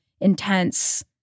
intense